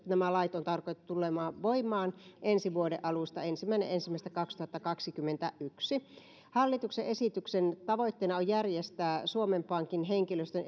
nämä lait on tarkoitettu tulemaan voimaan ensi vuoden alusta ensimmäinen ensimmäistä kaksituhattakaksikymmentäyksi hallituksen esityksen tavoitteena on järjestää suomen pankin henkilöstön